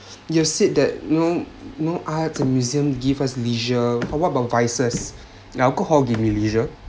you said that you know at the museum give us leisure what about vices the alcohol give me leisure